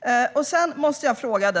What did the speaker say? Jag måste ställa en fråga till